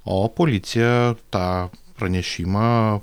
o policija tą pranešimą